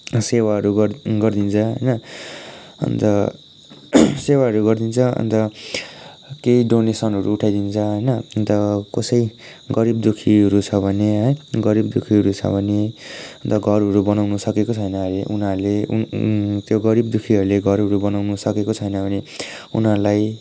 सेवाहरू गर गरिदिन्छ होइन अन्त सेवाहरू गरिदिन्छ अन्त केही डोनेसनहरू उठाइदिन्छ होइन अन्त कसै गरिब दुःखीहरू छ भने है गरिब दुःखीहरू छ भने अन्त घरहरू बनाउनु सकेको छैन अरे उनीहरूले त्यो गरिब दुःखीहरूले घरहरू बनाउनु सकेको छैन भने उनीहरूलाई